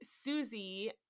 Susie